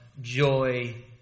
joy